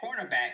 cornerback